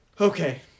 Okay